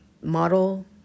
model